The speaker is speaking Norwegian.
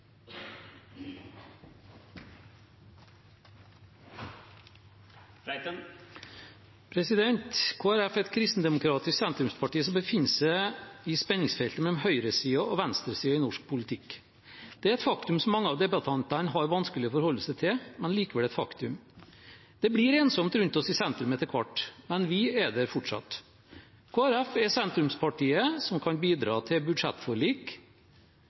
er et kristendemokratisk sentrumsparti som befinner seg i spenningsfeltet mellom høyresiden og venstresiden i norsk politikk. Det er et faktum som mange av debattantene har vanskelig for å forholde seg til, men det er likevel et faktum. Det blir ensomt rundt oss i sentrum etter hvert, men vi er der fortsatt. Kristelig Folkeparti er sentrumspartiet som kan bidra til budsjettforlik.